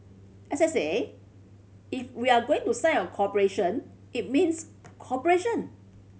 as I said if we are going to sign a cooperation it means cooperation